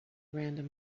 random